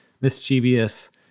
mischievous